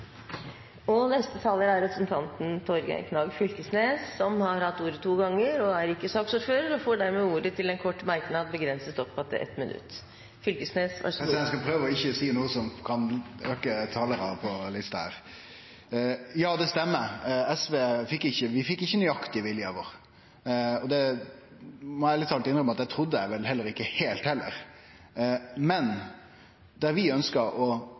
Representanten Torgeir Knag Fylkesnes har hatt ordet to ganger og får ordet til en kort merknad, begrenset til 1 minutt. Eg skal prøve ikkje å seie noko som kan lokke talarar på lista her. Ja, det stemmer, SV fekk ikkje nøyaktig vilja vår. Eg må ærleg talt innrømme at eg trudde det vel heller ikkje heilt. Vi ønskte å gjere det sånn at det berre var mogleg å